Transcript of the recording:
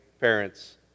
parents